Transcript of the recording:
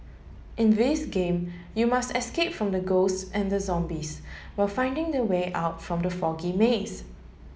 in this game you must escape from the ghost and zombies while finding the way out from the foggy maze